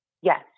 Yes